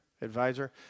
advisor